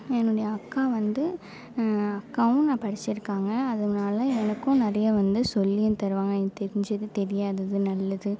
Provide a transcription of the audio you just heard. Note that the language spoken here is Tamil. என்னுடைய அக்கா வந்து அக்காவும் படித்துருக்காங்க அதனால் எனக்கும் நிறைய வந்து சொல்லியும் தருவாங்க எனக்கு தெரிஞ்சது தெரியாதது நல்லது